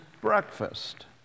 breakfast